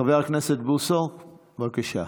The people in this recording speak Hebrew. חבר הכנסת בוסו, בבקשה.